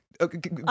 Okay